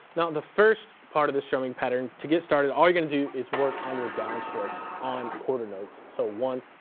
now the first part of this strumming pattern, to get started, all you're gonna do, is work on your down strokes on quarter notes. so one,